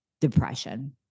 depression